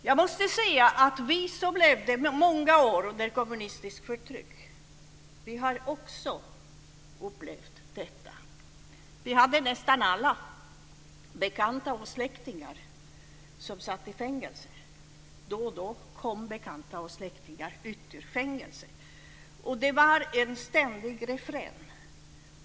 Jag måste säga att vi som levde många år under kommunistiskt förtryck också har upplevt detta. Vi hade nästan alla bekanta och släktingar som satt i fängelse. Då och då kom bekanta och släktingar ut ur fängelset.